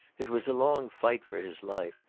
it was a long fight for his life,